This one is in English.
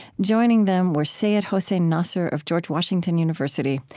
joining them were seyyed hossein nasr of george washington university,